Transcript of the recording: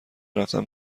رفتن